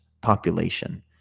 population